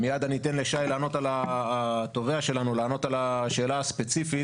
מייד אני אתן לשי התובע שלנו לענות על השאלה הספציפית.